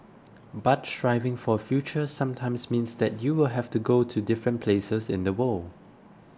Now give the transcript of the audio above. but striving for a future sometimes means that you will have to go to different places in the world